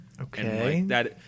Okay